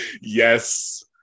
Yes